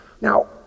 Now